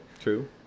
True